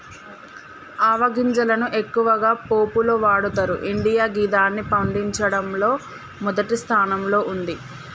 ఆవ గింజలను ఎక్కువగా పోపులో వాడతరు ఇండియా గిదాన్ని పండించడంలో మొదటి స్థానంలో ఉంది